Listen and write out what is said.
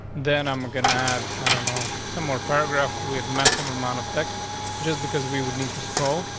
then i'm gonna add, i don't know, some more paragraph. we had massive amount of text just because we would need to scroll.